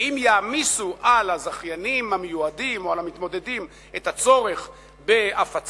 ואם יעמיסו על הזכיינים המיועדים או על המתמודדים את הצורך בהפצה,